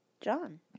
John